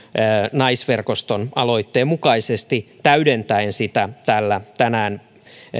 naisverkoston aloitteen mukaisesti täydentäen sitä tällä tänään